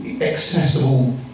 accessible